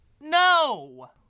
No